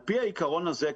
על פי העיקרון הזה,